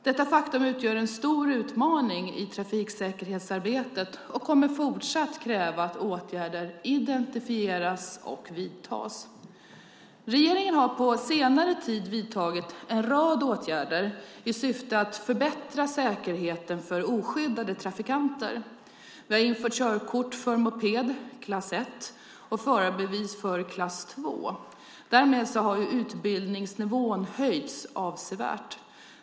Detta faktum utgör en stor utmaning i trafiksäkerhetsarbetet och kommer fortsatt att kräva att åtgärder identifieras och vidtas. Regeringen har på senare tid vidtagit en rad åtgärder i syfte att förbättra säkerheten för oskyddade trafikanter. Vi har infört körkort för moped klass I och förarbevis för klass II. Därmed har utbildningsnivån höjts avsevärt.